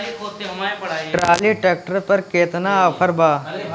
Trolley tractor पर केतना offer बा?